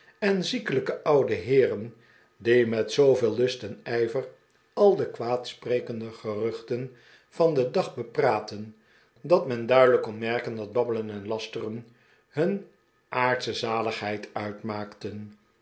en ziekelijke oude heeren die met zooveel lust en ijver al de kwaadsprekende geruehten van den dag bepraatten dat men duidelijk kon merken dat babbelen en lasteren hun aardsche zaligheid uitmaalcten